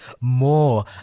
more